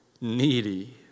needy